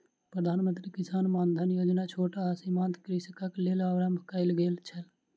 प्रधान मंत्री किसान मानधन योजना छोट आ सीमांत कृषकक लेल आरम्भ कयल गेल छल